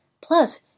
plus